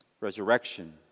resurrection